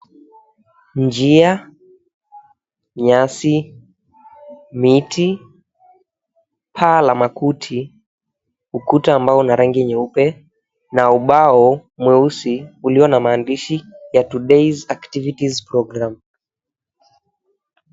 Njia, nyasi, miti, paa la makuti, ukuta wenye rangi nyeupe na ubao mweusi ulio na maandishi ya, Today's Activities Programme.